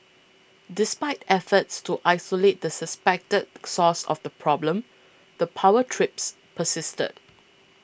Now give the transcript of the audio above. despite efforts to isolate the suspected source of the problem the power trips persisted